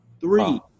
Three